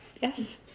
Yes